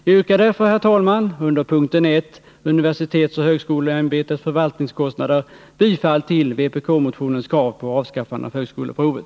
Jag yrkar därför, herr talman, under punkten 1, Universitetsoch högskoleämbetet: Förvaltningskostnader, bifall till vpk-motionens krav på avskaffande av högskoleprovet.